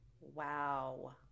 Wow